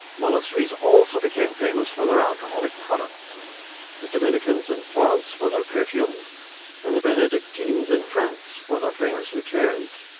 monasteries also became famous for their alcoholic products the dominicans in florence for their perfumes and the benedictines in france for their famous liqueurs.